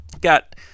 got